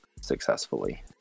successfully